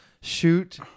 Shoot